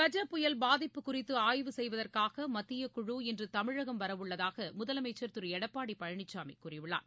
கஜ புயல் பாதிப்பு குறித்து ஆய்வு செய்வதற்காக மத்திய குழு இன்று தமிழகம் வர உள்ளதாக முதலமைச்சர் திரு எடப்பாடி பழனிசாமி கூறியுள்ளார்